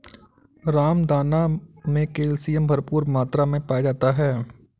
रामदाना मे कैल्शियम भरपूर मात्रा मे पाया जाता है